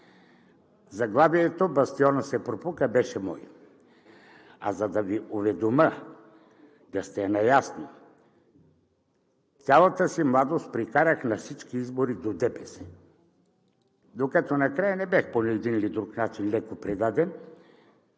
Заглавието „Бастионът се пропука“ беше мое, а за да Ви уведомя, да сте наясно, цялата си младост прекарах на всички избори до ДПС, докато накрая не бях по един или друг начин леко предаден.